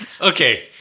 Okay